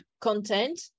content